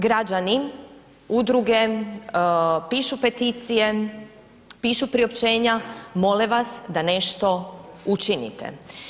Građani, udruge pišu peticije, pišu priopćenja, mole vas da nešto učinite.